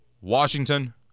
Washington